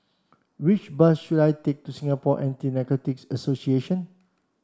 which bus should I take to Singapore Anti Narcotics Association